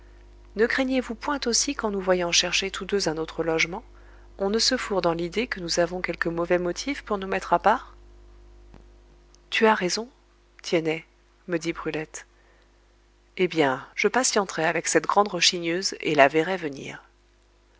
ne craignez-vous point aussi qu'en nous voyant chercher tous deux un autre logement on ne se fourre dans l'idée que nous avons quelque mauvais motif pour nous mettre à part tu as raison tiennet me dit brulette eh bien je patienterai avec cette grande rechigneuse et la verrai venir